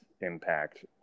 impact